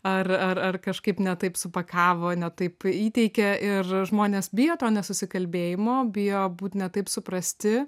ar ar ar kažkaip ne taip supakavo ne taip įteikė ir žmonės bijo to nesusikalbėjimo bijo būt ne taip suprasti